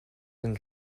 and